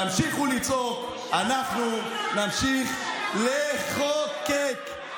תמשיכו לצעוק, אנחנו נמשיך לחוקק.